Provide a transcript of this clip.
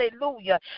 hallelujah